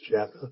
chapter